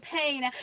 pain